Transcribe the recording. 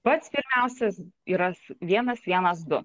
pats geriausias yra vienas vienas du